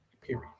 Period